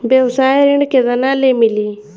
व्यवसाय ऋण केतना ले मिली?